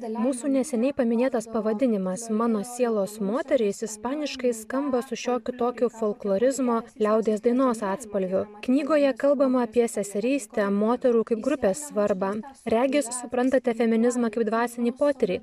mūsų neseniai paminėtas pavadinimas mano sielos moterys ispaniškai skamba su šiokiu tokiu folkloriškumo liaudies dainos atspalviu knygoje kalbama apie seserystę moterų kaip grupės svarbą regis suprantate feminizmą kaip dvasinį potyrį